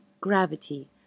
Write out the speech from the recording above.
gravity